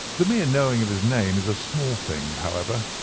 the mere knowing of his name is a small thing, however,